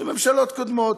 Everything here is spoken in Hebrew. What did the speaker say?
של ממשלות קודמות.